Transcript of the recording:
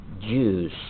Jews